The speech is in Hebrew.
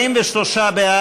התשע"ו 2016,